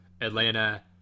Atlanta